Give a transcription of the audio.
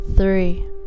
three